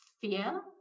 fear